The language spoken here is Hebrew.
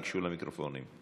תיגשו למיקרופונים.